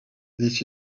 this